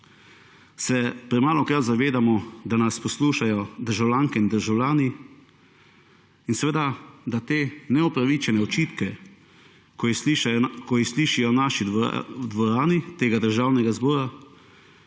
se premalokrat zavedamo, da nas poslušajo državljanke in državljani in da te neupravičene očitke, ko jih slišijo iz dvorane tega državnega zbora,